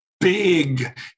big